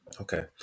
Okay